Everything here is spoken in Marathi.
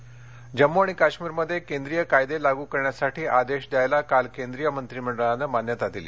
केंद्रीयमंत्रिमंडळ जम्मू आणि काश्मीरमध्ये केंद्राचे कायदे लागू करण्यासाठी आदेश द्यायला काल केंद्रीय मंत्रीमंडळानं मान्यता दिली